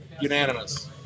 Unanimous